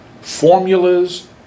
formulas